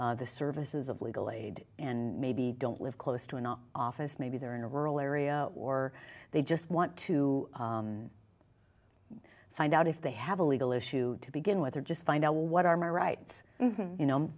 the services of legal aid and maybe don't live close to an office maybe they're in a rural area or they just want to find out if they have a legal issue to begin with or just find out what are my rights